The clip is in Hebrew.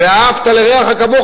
ואהבת לרעך כמוך,